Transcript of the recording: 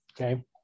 Okay